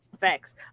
facts